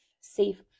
safe